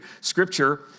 Scripture